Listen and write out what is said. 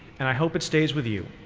and i hope it stays with you.